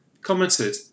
commented